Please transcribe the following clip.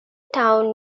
town